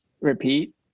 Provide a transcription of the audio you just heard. repeat